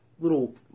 little